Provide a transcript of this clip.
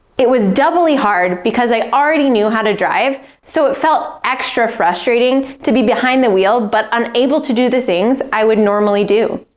it was doubly hard because i already knew how to drive, so it felt extra frustrating to be behind the wheel but unable to do the things i would normally do.